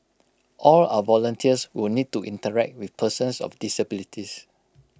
all our volunteers will need to interact with persons of disabilities